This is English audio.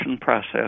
process